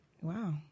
Wow